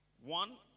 One